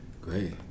Great